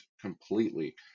completely